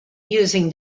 using